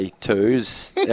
twos